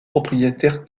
propriétaires